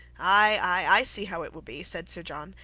i see how it will be, said sir john,